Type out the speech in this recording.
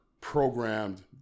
programmed